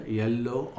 yellow